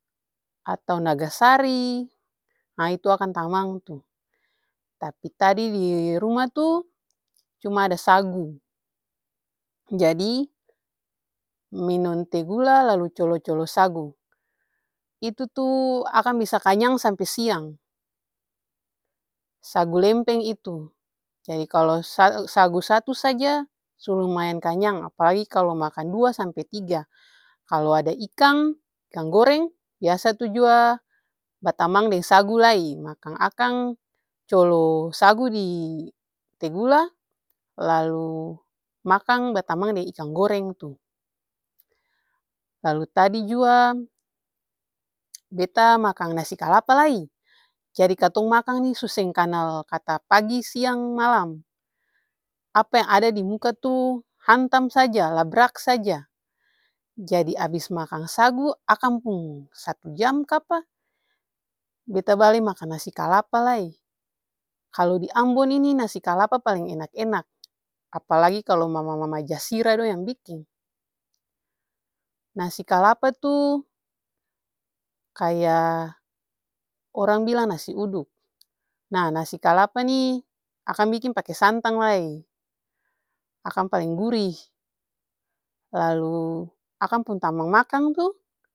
Atau naga sari, nah itu akang pung tamang tuh. Tapi tadi dirumah tuh cuma ada sagu, jadi minum teh gula lalu colo-colo sagu itu-tuh akang bisa kanyang sampe siang sagu lempeng itu jadi kalu sa-sagu satu saja su lumayan kanyang apalai kalu makang dua sampe tiga, kalu ada ikang ikang goreng biasa tuh jua batamang deng sagu lai makang akang colo sagu di teh gula lalu makang batamang deng ikang goreng itu. Lalu tadi jua beta makang nasi kalapa lai jadi katong makang nih su seng kanal kata pagi, siang, malam, apa yang ada dimuka tuh hantam saja labrak saja. Jadi abis makang sagu akang pung satu jam kapa beta bale makang nasi kalapa lai. Kalu di ambon ini nasi kalapa paleng enak-enak apalagi kalu mama-mama jasirah dong yang biking. Nasi kalapa tuh kaya orang bilang nasi uduk, nah nasi kalapa nih akang biking pake santang lai, akang paleng gurih, lalu akang pung tamang makang tuh.